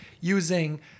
using